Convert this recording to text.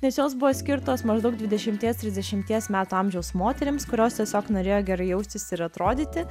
nes jos buvo skirtos maždaug dvidešimties trisdešimties metų amžiaus moterims kurios tiesiog norėjo gerai jaustis ir atrodyti